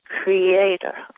creator